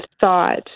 thought